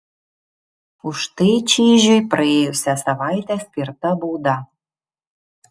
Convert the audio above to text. už tai čyžiui praėjusią savaitę skirta bauda